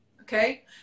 okay